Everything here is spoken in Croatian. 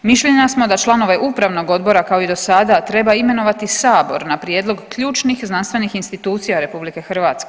Mišljenja smo da članove Upravnog odbora kao i do sada treba imenovati Sabor na prijedlog ključnih znanstvenih institucija RH.